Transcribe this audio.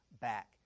Back